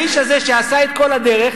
האיש הזה שעשה את כל הדרך,